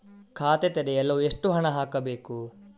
ಖಾತೆ ತೆರೆಯಲು ಎಷ್ಟು ಹಣ ಹಾಕಬೇಕು?